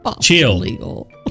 Chill